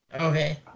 Okay